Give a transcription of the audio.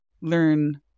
learn